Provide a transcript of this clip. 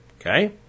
Okay